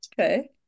Okay